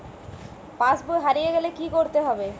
পাশবই হারিয়ে গেলে কি করতে হবে?